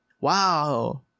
Wow